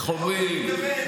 איך אומרים,